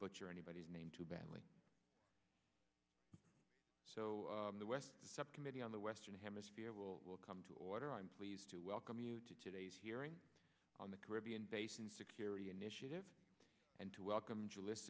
but your anybody's name too badly so the west subcommittee on the western hemisphere will come to order i'm pleased to welcome you to today's hearing on the caribbean basin security initiative and to welcome